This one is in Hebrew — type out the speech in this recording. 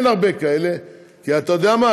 אין הרבה כאלה, כי, אתה יודע מה?